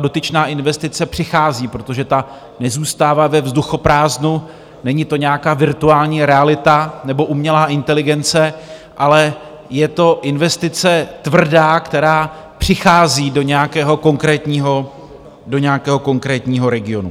dotyčná investice přichází, protože ta nezůstává ve vzduchoprázdnu, není to nějaká virtuální realita nebo umělá inteligence, ale je to investice tvrdá, která přichází do nějakého konkrétního regionu.